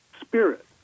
spirit